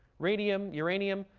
radium, uranium,